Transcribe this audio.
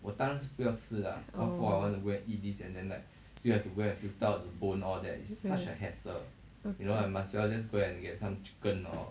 oh okay